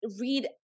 read